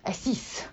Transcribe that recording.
assist